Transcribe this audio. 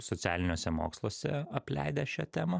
socialiniuose moksluose apleidę šią temą